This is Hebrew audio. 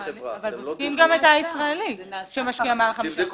אבל בודקים גם את הישראלי שמשקיע מעל חמישה אחוזים.